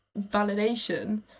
validation